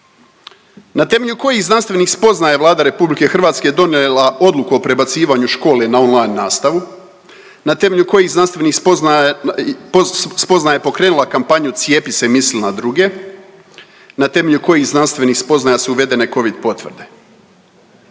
Na temelju kojih znanstvenih spoznaja Vlada RH donijela odluku o prebacivanju škole na on-line nastavu? Na temelju kojih znanstvenih spoznaja je pokrenula kampanju cijepi se, misli na druge? Na temelju kojih znanstvenih spoznaja su uvedene covid potvrde?